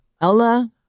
Ella